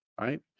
right